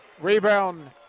Rebound